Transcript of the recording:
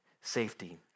safety